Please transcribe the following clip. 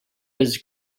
his